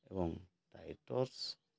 ଏବଂ